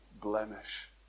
blemish